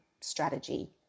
strategy